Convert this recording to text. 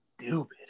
stupid